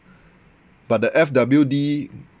but the F_W_D